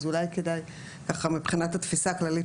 אז אולי כדאי ככה מבחינת התפיסה הכללית,